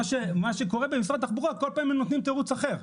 מה שקורה במשרד התחבורה הוא שכל פעם הם נותנים תירוץ אחר.